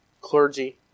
clergy